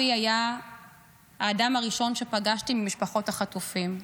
אבי היה האדם הראשון שפגשתי ממשפחות החטופים.